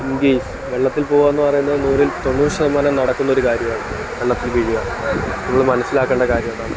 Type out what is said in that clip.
in case വെള്ളത്തിൽ പോകുകയെന്നു പറയുന്നത് നൂറിൽ തൊണ്ണൂറ് ശതമാനം നടക്കുന്നൊരു കാര്യമാണ് വെള്ളത്തിൽ വീഴുക നമ്മൾ മനസ്സിലാക്കേണ്ട കാര്യം അതാണ്